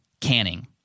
Canning